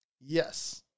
Yes